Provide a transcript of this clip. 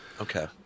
Okay